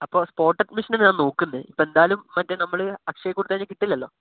അപ്പോൾ സ്പോട്ട് അഡ്മിഷനാ ഞാൻ നോക്കുന്നത് ഇപ്പം എന്തായാലും മറ്റേ നമ്മൾ അക്ഷയയിൽ കൊടുത്തുകഴിഞ്ഞാൽ കിട്ടില്ലല്ലോ